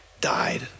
died